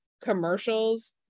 commercials